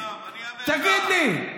תגיד לי.